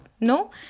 No